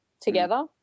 together